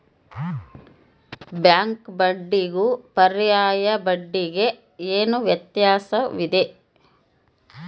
Bank ಬಡ್ಡಿಗೂ ಪರ್ಯಾಯ ಬಡ್ಡಿಗೆ ಏನು ವ್ಯತ್ಯಾಸವಿದೆ?